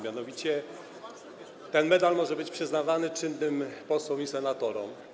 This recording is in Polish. Mianowicie ten medal może być przyznawany czynnym posłom i senatorom.